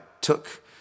took